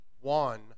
one